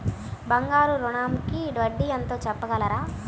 బంగారు ఋణంకి వడ్డీ ఎంతో చెప్పగలరా?